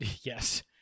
yes